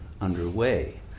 underway